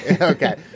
Okay